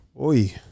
Oi